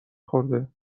خورده